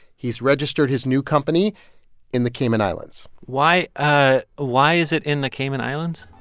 he's registered his new company in the cayman islands why ah why is it in the cayman islands?